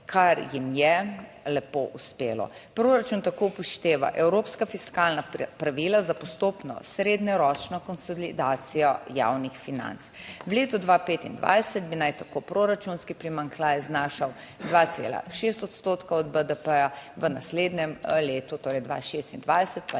kar jim je lepo uspelo. Proračun tako upošteva evropska fiskalna pravila za postopno srednjeročno konsolidacijo javnih financ. V letu 2025 bi naj tako proračunski primanjkljaj znašal 2,6 odstotka od BDP, ja, v naslednjem letu torej 2026 pa